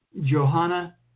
Johanna